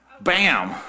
Bam